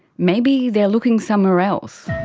maybe they're looking somewhere else?